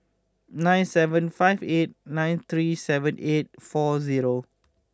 nine seven five eight nine three seven eight four zero